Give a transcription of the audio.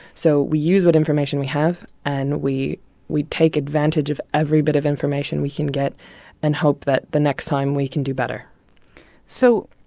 so we use what information we have, and we we take advantage of every bit of information we can get and hope that the next time we can do better so,